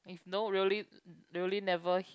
if no really really never hit